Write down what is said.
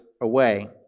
away